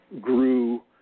grew